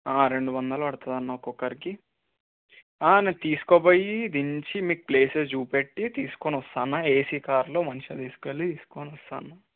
రెండు వందలు పడుతుంది అన్న ఒక్కొక్కరికి ఆ నేను తీసుకుపోయి దించి మీకు ప్లేసెస్ చూపెట్టి తీసుకుని వస్తాను అన్న ఏసీ కార్లో మంచిగా తీసుకుని వెళ్ళి తీసుకుని వస్తాను అన్న